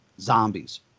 zombies